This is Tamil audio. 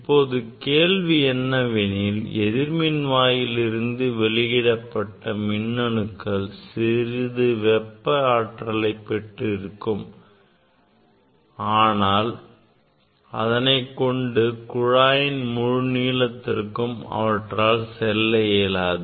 இப்போது கேள்வி என்னவெனில் எதிர்மின்வாயில் இருந்து வெளியிடப்பட்ட மின்னணுக்கள் சிறிது வெப்ப ஆற்றலை பெற்றிருக்கும் ஆனால் அதனைக்கொண்டு குழாயின் முழு நீளத்திற்கும் அவற்றால் செல்ல இயலாது